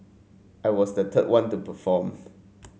I was the third one to perform